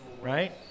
right